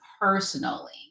personally